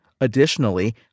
Additionally